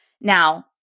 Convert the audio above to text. Now